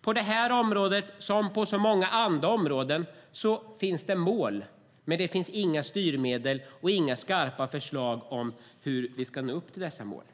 På det här området som på så många andra områden finns det mål, men det finns inga styrmedel och inga skarpa förslag om hur vi ska nå upp till dessa mål.